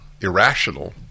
irrational